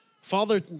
Father